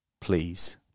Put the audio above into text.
Please